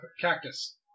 cactus